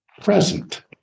present